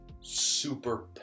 super